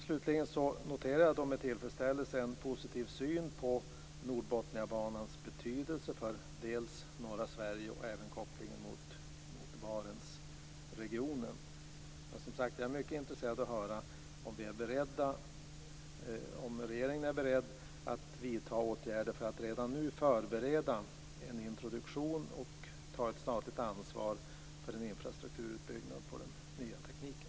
Slutligen noterar jag med tillfredsställelse en positiv syn på Nordbotniabanans betydelse för dels norra Sverige, dels kopplingen mot Barentsregionen. Men jag är som sagt mycket intresserad av att höra om regeringen är beredd att vidta åtgärder för att redan nu förbereda en introduktion och ta ett statligt ansvar för en infrastrukturutbyggnad för den nya tekniken.